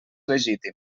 legítim